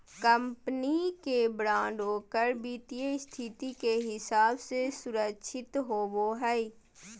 company के bond ओकर वित्तीय स्थिति के हिसाब से सुरक्षित होवो हइ